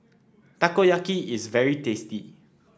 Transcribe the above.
Takoyaki is very tasty